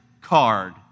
card